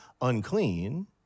unclean